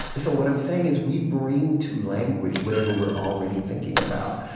so what i'm saying is, we bring to language whatever we're already thinking about,